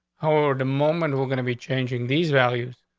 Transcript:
how are the moment we're gonna be changing these values?